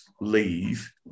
Leave